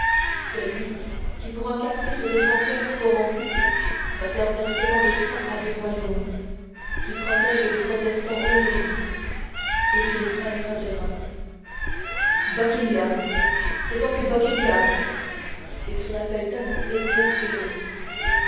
celui qui pour un caprice de son coeur corrompu va faire verser tant de sang à deux royaumes qui protège les protestants aujourd'hui et qui les trahira demain buckingham c'est donc buckingham s'écria felton exaspéré